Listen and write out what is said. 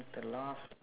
the last